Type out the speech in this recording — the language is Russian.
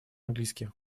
английски